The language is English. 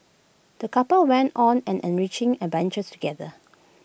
the couple went on an enriching adventures together